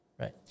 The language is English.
Right